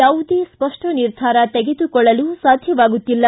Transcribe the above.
ಯಾವುದೇ ಸ್ಪಹ್ವ ನಿರ್ಧಾರ ತೆಗೆದುಕೊಳ್ಳಲು ಸಾಧ್ಯವಾಗುತ್ತಿಲ್ಲ